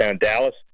Dallas